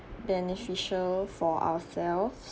beneficial for ourselves